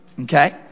okay